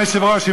אדוני היושב-ראש,